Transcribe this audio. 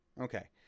Okay